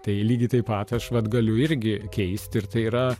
tai lygiai taip pat aš vat galiu irgi keisti ir tai yra